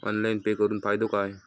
Online pay करुन फायदो काय?